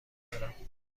دارم